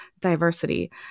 diversity